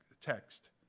text